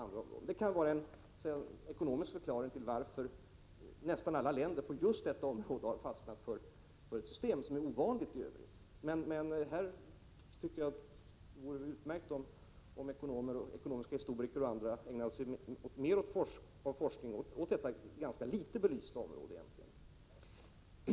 Ekonomiskt sett kan detta vara en förklaring till att nästan alla länder på just detta område har fastnat för ett system som i övrigt är ovanligt. Jag tycker att det vore utmärkt om ekonomiska historiker och andra ägnade sig mera åt forskning inom detta ganska dåligt belysta område.